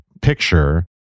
picture